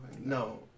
No